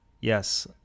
yes